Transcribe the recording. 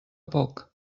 poc